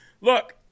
look